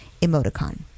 emoticon